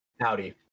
Howdy